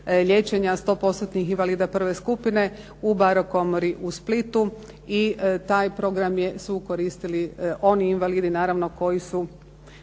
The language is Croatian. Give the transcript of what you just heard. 100%-tnih invalida prve skupine u barokomori u Splitu i taj program su koristili oni invalidi naravno koji su